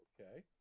Okay